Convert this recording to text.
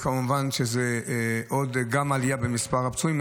וכמובן שזו עוד עלייה במספר הפצועים.